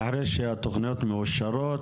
אחרי שהתוכניות מאושרות,